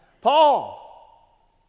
Paul